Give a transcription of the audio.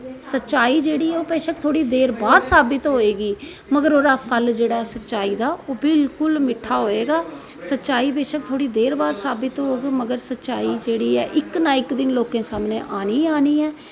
सच्चाई जेहड़ी ऐ बेशक थोह्ड़ी देर बाद साबित होई गी मगर ओहदा फल जेहड़ा ऐ आसेंगी चाहिदा बिल्कुल मिट्ठा होए गा सच्चाई बेशक थोह्डे देर बाद साबित होए गी पर सच्चाई जेहड़ी ऐ इक ना इक दिन लोकें सामने आनी गै आनी ऐ